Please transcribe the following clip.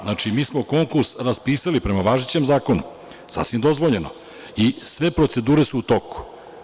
Znači, mi smo konkurs raspisali prema važećem zakonu sasvim dozvoljeno i sve procedure su u toku.